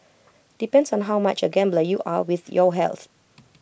depends on how much A gambler you are with your health